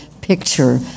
picture